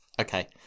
Okay